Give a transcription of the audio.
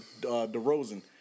DeRozan